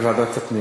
לוועדת הפנים.